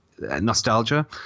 nostalgia